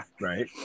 Right